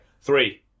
Three